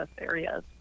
areas